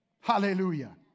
Hallelujah